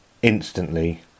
Instantly